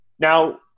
Now